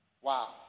Wow